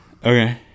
Okay